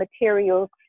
materials